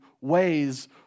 ways